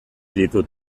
ditut